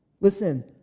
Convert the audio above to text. Listen